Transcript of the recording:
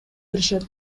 беришет